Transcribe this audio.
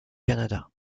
canada